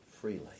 freely